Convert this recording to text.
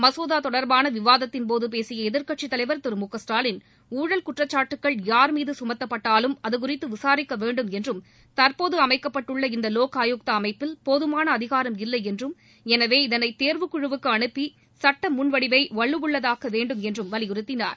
மகோகா கோடர்பான விவாதத்தின் போது பேசிய எதிர்கட்சித் தலைவர் திரு மு க ஸ்டாலின் ஊழல் குற்றச்சாட்டுகள் யார் மீது சுமத்தப்பட்டாலும் அதுகுறித்து விசாரிக்க வேண்டும் என்றும் தற்போது அமைக்கப்பட்டுள்ள இந்த வோக் ஆயுக்தா அமைப்பில் போதமான அதிகாரம் இல்லை என்றும் எனவே இதனை தேர்வுக் குழவுக்கு அனுப்பி சுட்ட முன்வடிவை வலுவுள்ளதாக்க வேண்டும் என்றும் வலியுறுத்தினார்